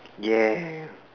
ya